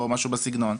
או משהו בסגנון.